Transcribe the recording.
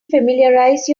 familiarize